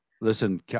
listen